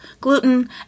gluten